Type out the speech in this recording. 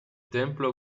templo